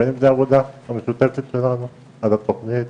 ובין אם זה העבודה המשותפת שלנו על התוכנית